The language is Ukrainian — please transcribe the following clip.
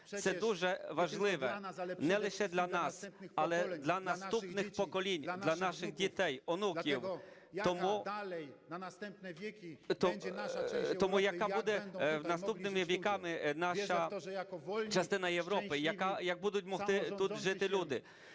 Це дуже важливе не лише для нас, але для наступних поколінь, для наших дітей, онуків. Тому яка буде наступними віками наша частина Європи, як будуть могти тут жити люди,